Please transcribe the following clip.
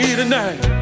tonight